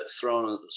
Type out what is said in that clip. thrown